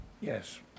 Yes